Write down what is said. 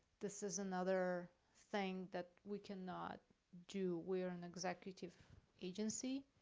this is another thing that we cannot do. we are an executive agency,